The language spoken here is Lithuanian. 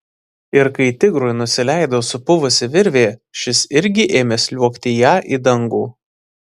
ir kai tigrui nusileido supuvusi virvė šis irgi ėmė sliuogti ja į dangų